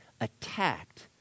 attacked